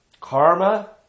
karma